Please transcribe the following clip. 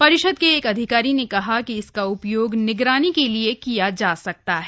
परिषद के एक अधिकारी ने कहा कि इसका उपयोग निगरानी के लिए किया जा सकता है